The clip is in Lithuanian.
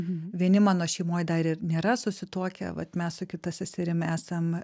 vieni mano šeimoj dar nėra susituokę vat mes su kita seserimi esam